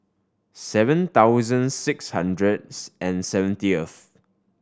seven thousand six hundreds and seventieth